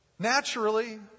Naturally